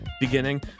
beginning